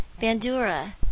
Bandura